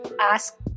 ask